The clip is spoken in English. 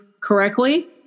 correctly